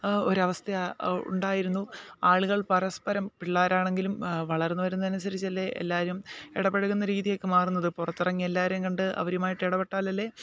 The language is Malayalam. ആ ഒരു അവസ്ഥ ഉണ്ടായിരുന്നു ആളുകൾ പരസ്പരം പിള്ളേരാണെങ്കിലും വളർന്നു വരുന്നതിന് അനുസരിച്ചല്ലേ എല്ലാവരും ഇടപഴുകുന്ന രീതിയൊക്കെ മാറുന്നത് പുറത്തിറങ്ങി എല്ലാവരേയും കണ്ടു അവരുമായിട്ട് ഇടപെട്ടാൽ അല്ലേ